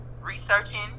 researching